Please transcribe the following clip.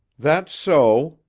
that's so,